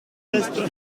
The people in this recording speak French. est